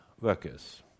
workers